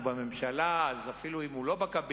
הוא בממשלה אפילו אם הוא לא בקבינט,